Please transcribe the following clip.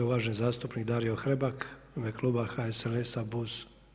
Uvaženi zastupnik Dario Hrebak u ime kluba HSLS-a, BUZ.